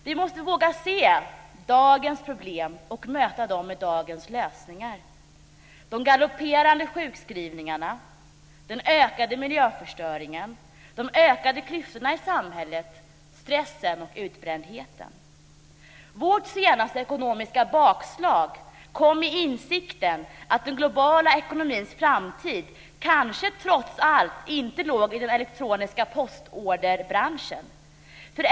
Vi måste våga se dagens problem och möta dem med dagens lösningar. Det gäller de galopperande sjukskrivningarna, den ökade miljöförstöringen, de ökade klyftorna i samhället, stressen och utbrändheten. Vårt senaste ekonomiska bakslag kom med insikten om att den globala ekonomins framtid kanske trots allt inte låg i den elektroniska postorderbranschen.